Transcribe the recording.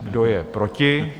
Kdo je proti?